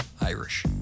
irish